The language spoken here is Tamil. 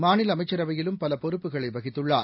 மாநில அமைச்சரவையிலும் பல பொறுப்புகளை வகித்துள்ளார்